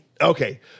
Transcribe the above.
Okay